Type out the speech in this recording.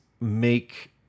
make